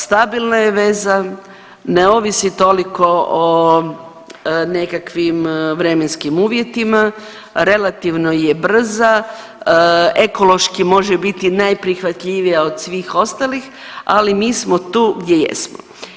Stabilna je veza, ne ovisi toliko o nekakvim vremenskim uvjetima, relativno je brza, ekološki može biti najprihvatljivija od svih ostalih ali mi smo tu gdje jesmo.